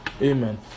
Amen